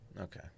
Okay